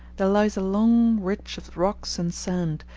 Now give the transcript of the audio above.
there lies a long ridge of rocks and sand,